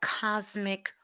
cosmic